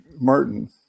Martin